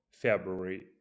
February